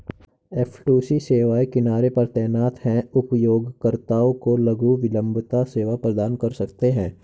F two C सेवाएं किनारे पर तैनात हैं, उपयोगकर्ताओं को लघु विलंबता सेवा प्रदान कर सकते हैं